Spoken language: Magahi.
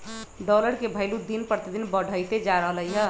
डॉलर के भइलु दिन पर दिन बढ़इते जा रहलई ह